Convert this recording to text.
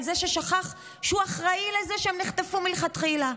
זה ששכח שהוא אחראי לזה שהם נחטפו מלכתחילה.